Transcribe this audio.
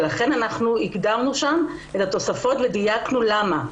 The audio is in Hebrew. לכן אנחנו הגדרנו את התוספות ודייקנו למה.